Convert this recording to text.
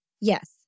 Yes